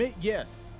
Yes